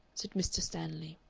said mr. stanley.